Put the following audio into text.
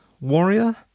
warrior